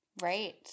Right